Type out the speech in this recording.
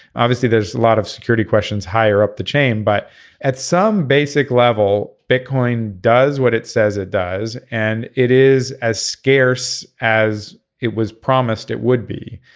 obviously there's a lot of security questions higher up the chain. but at some basic level bitcoin does what it says it does and it is as scarce as it was promised it would be.